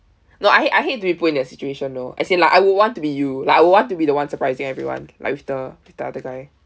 no I hate I hate to be put into that situation you know as in like I would want to be you like I would want to be the one surprising everyone like with the with the other guy